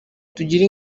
tugire